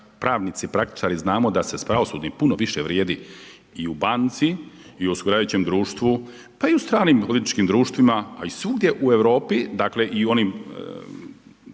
pravnici, praktičari znamo da se sa pravosudnim puno više vrijedi i u banci i u osiguravajućem društvu, pa i u stranim odvjetničkim društvima a i svugdje u Europi, dakle i u onim